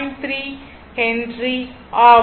3 henry ஆகும்